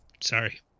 Sorry